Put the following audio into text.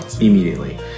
immediately